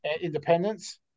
Independence